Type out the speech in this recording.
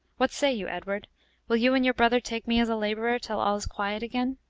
what say you, edward will you and your brother take me as a laborer till all is quiet again?